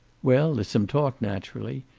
well, there's some talk, naturally.